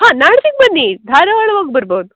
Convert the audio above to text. ಹಾಂ ನಾಡ್ದಿಗೆ ಬನ್ನಿ ಧಾರಾಳವಾಗಿ ಬರ್ಬೌದು